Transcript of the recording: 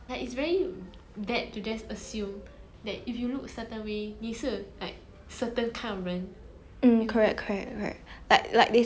mm correct correct correct like like they say 不要仪表 eh what's that chinese saying like don't judge a book by its cover lah then ya it's